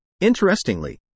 Interestingly